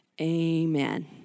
Amen